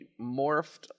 morphed